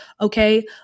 Okay